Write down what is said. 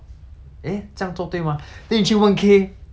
when 他 send video liao then 你问他你不是白痴